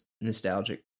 nostalgic